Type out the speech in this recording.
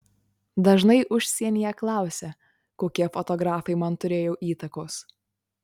dažnai užsienyje klausia kokie fotografai man turėjo įtakos